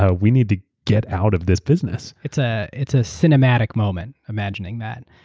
ah we need to get out of this business. it's ah it's a cinematic moment imagining that.